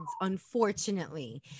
unfortunately